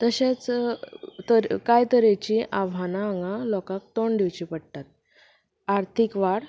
तशेंच कांय तरेची आव्हानां हांगा लोकांक तोंड दिवचीं पडटा आर्थीक वाड